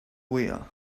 wheel